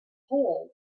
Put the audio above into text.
hole